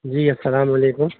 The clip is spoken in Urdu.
جی السلام علیکم